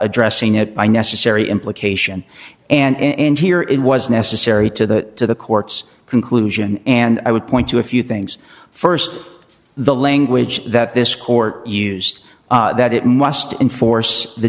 addressing it by necessary implication and here it was necessary to to the court's conclusion and i would point to a few things st the language that this court used that it must enforce the